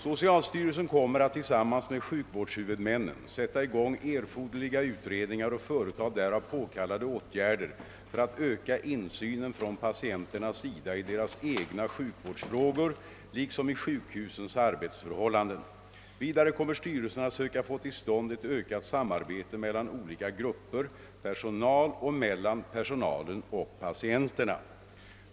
Socialstyrelsen kommer att tillsammans med sjukvårdshuvudmännen sätta i gång erforderliga utredningar och företa därav påkallade åtgärder för att öka insynen från patienternas sida i deras egna sjukvårdsfrågor liksom i sjukhusens arbetsförhållanden. Vidare kommer styrelsen att söka få till stånd ett ökat samarbete mellan olika grupper personal och mellan personalen och patienterna.